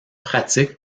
pratique